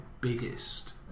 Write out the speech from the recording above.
biggest